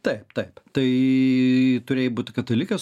taip taip tai turėjai būti katalikas